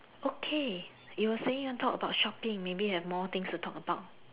okay you were saying you want talk about shopping maybe you have more things to talk about